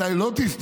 מתי לא תסתיים.